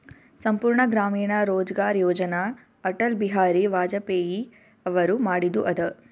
ಸಂಪೂರ್ಣ ಗ್ರಾಮೀಣ ರೋಜ್ಗಾರ್ ಯೋಜನ ಅಟಲ್ ಬಿಹಾರಿ ವಾಜಪೇಯಿ ಅವರು ಮಾಡಿದು ಅದ